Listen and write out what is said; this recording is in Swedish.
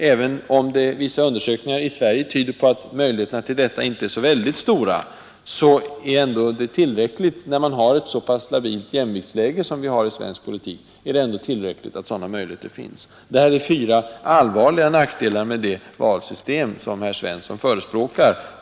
Även om vissa undersökningar i Sverige tyder på att möjligheterna till detta inte är så särskilt stora, så är det ändå tillräckligt att möjligheterna finns, när man har ett så pass labilt jämviktsläge som vi har i svensk politik. Detta är fyra allvarliga nackdelar med det valsystem som herr Svensson i Eskilstuna förespråkar.